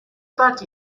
pack